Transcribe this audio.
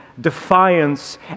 defiance